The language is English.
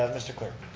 um mr. clerk.